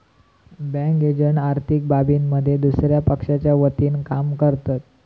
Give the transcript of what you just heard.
bank agent आर्थिक बाबींमध्ये दुसया पक्षाच्या वतीनं काम करतत